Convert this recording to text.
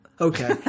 Okay